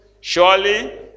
surely